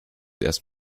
erst